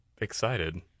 excited